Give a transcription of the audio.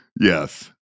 Yes